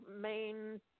main